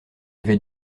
avait